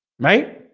may